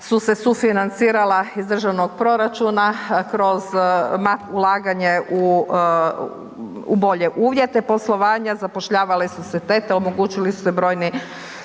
su se sufinancirala iz državnog proračuna kroz ulaganje u bolje uvjete poslovanja, zapošljavale su se tete, omogućili su se brojni